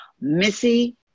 Missy